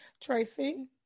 Tracy